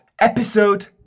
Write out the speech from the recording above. episode